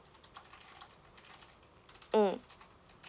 mm